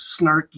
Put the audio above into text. snarky